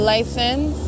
License